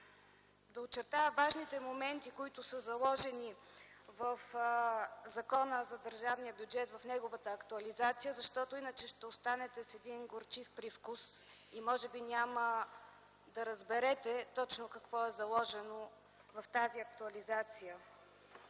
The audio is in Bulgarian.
да очертая важните моменти, които са заложени в Закона за държавния бюджет, в неговата актуализация, защото иначе ще останете с един горчив привкус и може би няма да разберете точно какво е заложено в тази актуализация.